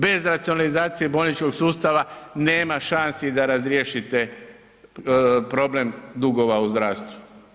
Bez racionalizacije bolničkog sustava nema šansi da razriješite problem dugova u zdravstvu.